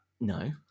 No